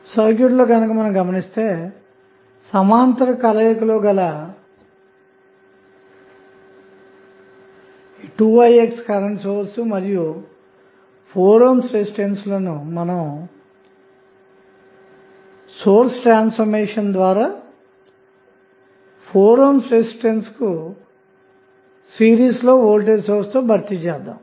circuit లో గమనిస్తే సమాంతర కలయిక లో గల 2i x కరెంటు సోర్స్ మరియు 4 ohm రెసిస్టెన్స్ లను సోర్స్ ట్రాన్స్ఫర్మేషన్ ద్వారా 4 ohm రెసిస్టెన్స్ కు సిరీస్ లో వోల్టేజ్ సోర్స్తో భర్తీ చేద్దాము